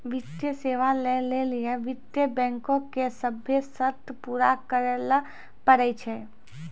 वित्तीय सेवा लै लेली वित्त बैंको के सभ्भे शर्त पूरा करै ल पड़ै छै